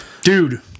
Dude